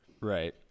Right